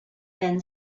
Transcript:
been